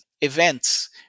events